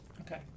Okay